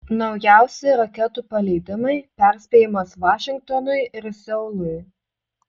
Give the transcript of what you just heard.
naujausi raketų paleidimai perspėjimas vašingtonui ir seului